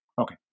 Okay